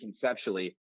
conceptually